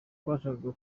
twashakaga